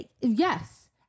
Yes